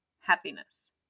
happiness